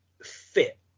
fit